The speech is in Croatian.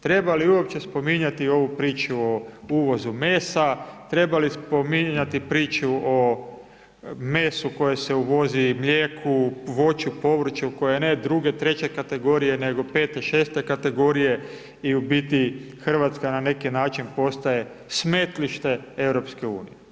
Treba li uopće spominjati ovu priču o uvozu mesa, treba li spominjati priču o mesu koje se uvozi, mlijeku, voću, povrću koje je ne druge, treće kategorije nego pete, šeste kategorije i u biti Hrvatska na neki način postaje smetlište EU.